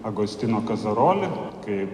agustino kasaroli kai